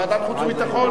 ועדת חוץ וביטחון?